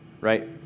right